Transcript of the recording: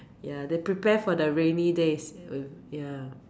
ya they prepare for the rainy days uh ya